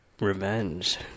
revenge